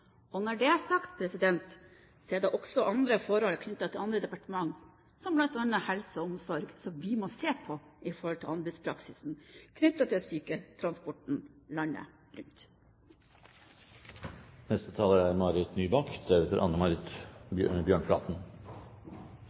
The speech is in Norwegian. Når det er sagt, vil jeg nevne at det også er andre forhold knyttet til andre departementer, bl.a. Helse- og omsorgsdepartementet, som vi må se på når det gjelder anbudspraksisen knyttet til syketransport landet rundt. Dette er